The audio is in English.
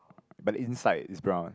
but inside is brown